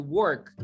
work